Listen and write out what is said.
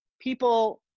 people